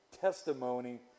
testimony